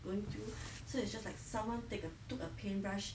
so it's just like someone take a took a paintbrush